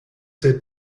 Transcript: said